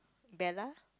Bella